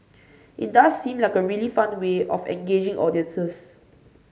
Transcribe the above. it does seem like a really fun way of engaging audiences